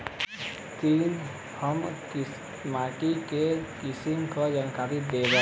तनि हमें माटी के किसीम के जानकारी देबा?